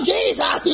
Jesus